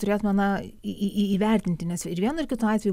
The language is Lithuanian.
turėtume na įvertinti nes ir vienu ir kitu atveju